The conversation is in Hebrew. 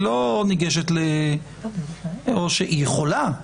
היא לא ניגשת או שהיא יכולה,